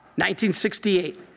1968